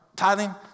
tithing